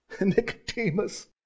Nicodemus